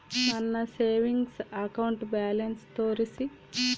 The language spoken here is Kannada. ನನ್ನ ಸೇವಿಂಗ್ಸ್ ಅಕೌಂಟ್ ಬ್ಯಾಲೆನ್ಸ್ ತೋರಿಸಿ?